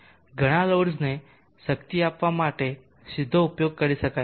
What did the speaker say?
ઘણા લોડ્સને શક્તિ આપવા માટે સીધો ઉપયોગ કરી શકાય છે